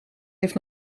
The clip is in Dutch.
heeft